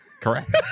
correct